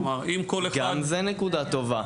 גם זו נקודה טובה.